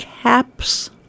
Caps